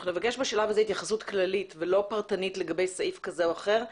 שאנחנו נבקש בשלב הזה התייחסות כללית ולא פרטנית לגבי סעיף כזה או אחר.